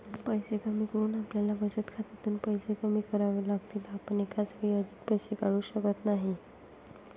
पैसे कमी करून आपल्याला बचत खात्यातून पैसे कमी करावे लागतील, आपण एकाच वेळी अधिक पैसे काढू शकत नाही